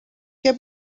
què